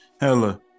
Hella